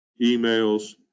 emails